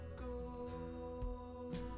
go